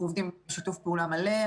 אנחנו עובדים בשיתוף פעולה מלא.